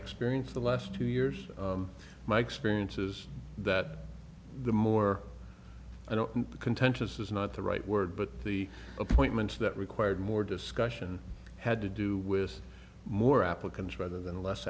experience the last two years my experience is that the more i don't contentious is not the right word but the appointments that required more discussion had to do with more applicants rather than less